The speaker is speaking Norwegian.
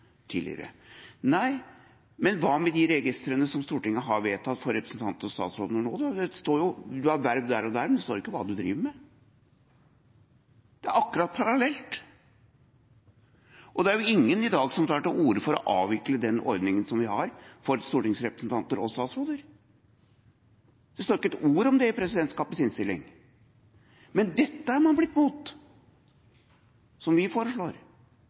tidligere. Nei, men hva med de registrene som Stortinget har vedtatt for representanter og statsråder nå da? Det står at du har verv der og der, men det står ikke hva du driver med. Det er akkurat parallelt, og det er ingen i dag som tar til orde for å avvikle den ordninga som vi har for stortingsrepresentanter og statsråder. Det står ikke et ord om det i presidentskapets innstilling. Men dette som vi foreslår, er man blitt imot, altså åpenhet den andre veien. Jeg får ikke tak i hva som